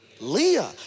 Leah